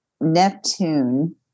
Neptune